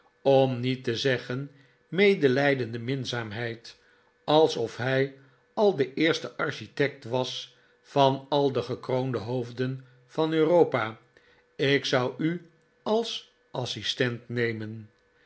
om niet te zeggen medelijdende minzaamheid alsof hij al de eerste architect was van al de gekroonde hoofden van europa ik zou u als assistent nemen